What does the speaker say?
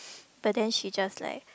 but then she just like